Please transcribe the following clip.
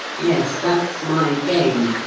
yes, that's my game.